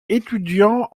étudiants